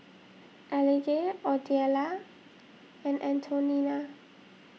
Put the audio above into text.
Elige Odelia and Antonina